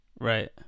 Right